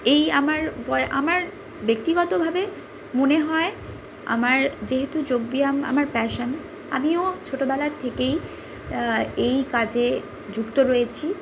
এই আমার বয় আমার ব্যক্তিগতভাবে মনে হয় আমার যেহেতু যোগব্যায়াম আমার প্যাশান আমিও ছোটোবেলার থেকে এই কাজে যুক্ত রয়েছি